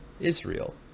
Israel